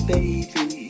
Baby